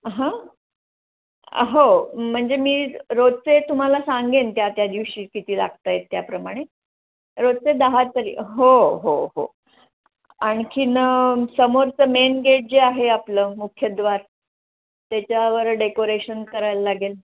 हां हो म्हणजे मी रोजचे तुम्हाला सांगेन त्या त्या दिवशी किती लागत आहेत त्याप्रमाणे रोजचे दहा तरी हो हो हो आणखी समोरचं मेन गेट जे आहे आपलं मुख्य द्वार त्याच्यावर डेकोरेशन करायला लागेल